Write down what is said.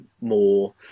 more